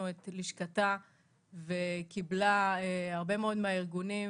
את לשכתה וקיבלה הרבה מאוד מהארגונים